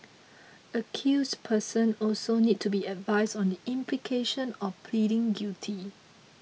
accused person also need to be advised on the implications of pleading guilty